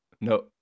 no